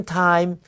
time